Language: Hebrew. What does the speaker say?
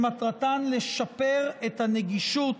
שמטרתן לשפר את הנגישות